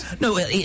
No